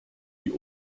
die